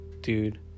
dude